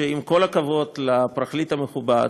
שעם כל הכבוד לפרקליט המכובד,